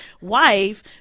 wife